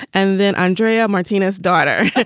and then andrea martinez, daughter